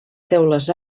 teules